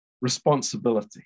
responsibility